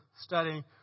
studying